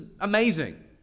amazing